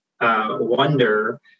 wonder